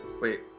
Wait